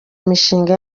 imishinga